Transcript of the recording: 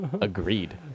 agreed